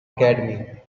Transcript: academy